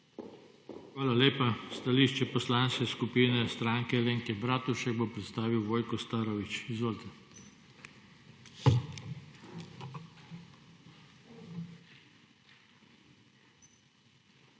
Hvala lepa. Stališče poslanske skupine Stranke Alenke Bratušek bo predstavil Vojko Starović. Izvolite.